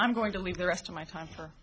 i'm going to leave the rest of my